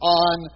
on